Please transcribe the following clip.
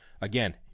Again